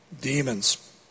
demons